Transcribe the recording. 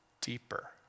deeper